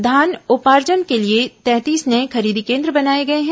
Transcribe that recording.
धान उपार्जन के लिए तैंतीस नये खरीदी केन्द्र बनाए गए हैं